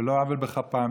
על לא עוול בכפם,